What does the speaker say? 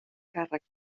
càrrecs